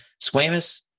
Squamous